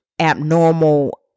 abnormal